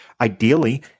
ideally